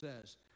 says